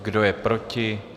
Kdo je proti?